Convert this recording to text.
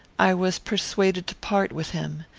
i was persuaded to part with him,